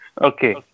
Okay